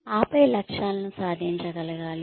ఆపై లక్ష్యాలను సాధించగలగాలి